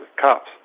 cops